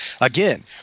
again